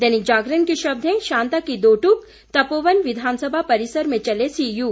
दैनिक जागरण के शब्द हैं शांता की दो टूक तपोवन विधानसभा परिसर में चले सीयू